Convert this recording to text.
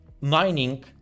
mining